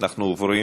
אנחנו עוברים